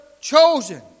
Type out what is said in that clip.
chosen